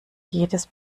jedes